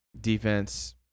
defense